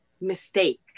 mistake